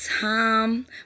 time